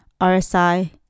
RSI